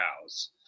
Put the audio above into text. cows